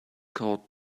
called